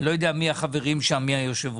אני לא יודע מי החברים שם, מי היושב-ראש.